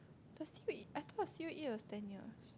the c_o_e I thought the c_o_e was ten year